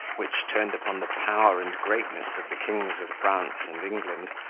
which turned upon the power and greatness of the kings of france and england,